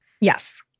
Yes